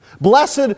Blessed